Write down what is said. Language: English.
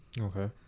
Okay